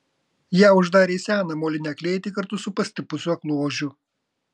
ją uždarė į seną molinę klėtį kartu su pastipusiu aklu ožiu